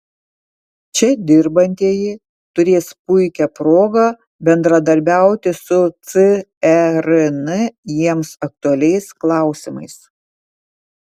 čia dirbantieji turės puikią progą bendradarbiauti su cern jiems aktualiais klausimais